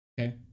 Okay